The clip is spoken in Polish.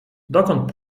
dokąd